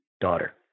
daughter